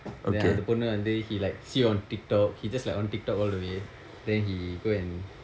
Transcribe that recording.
then அந்த பொண்ணு வந்து:andtha ponnu vandthu he like see on TikTok he just like on TikTok all the way then he go and